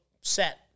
set